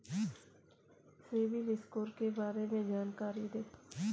CIBIL score के बारे में जानकारी दें?